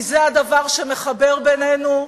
כי זה הדבר המחבר בינינו,